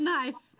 nice